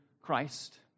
Christ